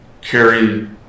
carry